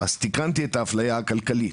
אז תיקנתי את האפליה הכלכלית.